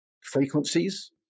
frequencies